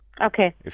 Okay